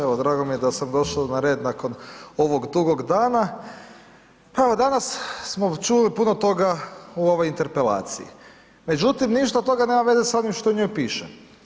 Evo drago mi je da sam došao na red nakon ovog dugog dana, pa evo danas smo čuli puno toga u ovoj Interpelaciji, međutim ništa od toga nema veze sa onim što u njoj piše.